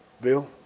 bill